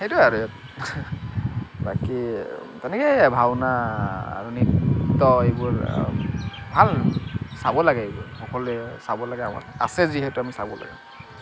সেইটোৱে আৰু বাকী তেনেকেই ভাওনা নৃত্য এইবোৰ ভাল চাব লাগে এইবোৰ সকলোৱে চাব লাগে আমাৰ আছে যিহেতু আমি চাব লাগে